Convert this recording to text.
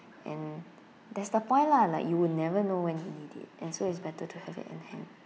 and that's the point lah like you would never know when you need it and so it's better to have it in hand